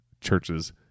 churches